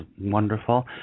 wonderful